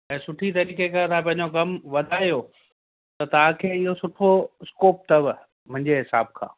ऐं सुठी तरीक़े खां तव्हां पंहिंजो कमु वधायो त तव्हांखे इहो सुठो स्कोप अथव मुंहिंजे हिसाब खां